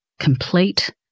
Complete